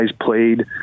played